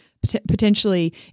potentially